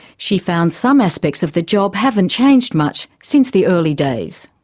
she found some aspects of the job haven't changed much since the early days.